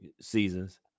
seasons